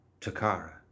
Takara